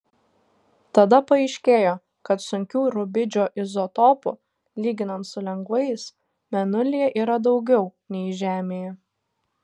tada paaiškėjo kad sunkių rubidžio izotopų lyginant su lengvais mėnulyje yra daugiau nei žemėje